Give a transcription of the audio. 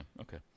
okay